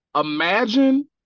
Imagine